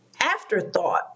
afterthought